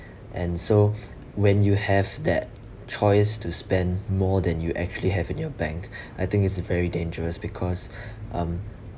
and so when you have that choice to spend more than you actually have in your bank I think it's a very dangerous because um